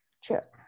Sure